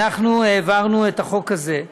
אנחנו העברנו את החוק הזה,